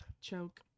Choke